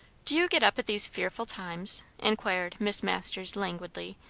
do you get up at these fearful times? inquired miss masters languidly,